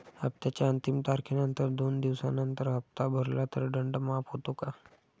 हप्त्याच्या अंतिम तारखेनंतर दोन दिवसानंतर हप्ता भरला तर दंड माफ होतो का?